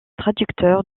traducteur